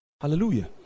Hallelujah